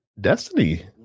destiny